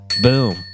Boom